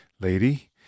lady